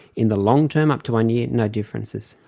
in the long term up to one year, no differences.